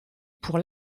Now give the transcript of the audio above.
pour